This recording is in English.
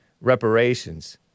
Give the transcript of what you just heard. reparations